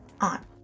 on